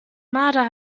marder